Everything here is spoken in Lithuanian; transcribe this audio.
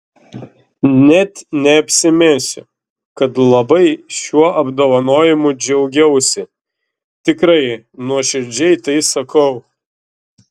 net neapsimesiu kad labai šiuo apdovanojimu džiaugiausi tikrai nuoširdžiai tai sakau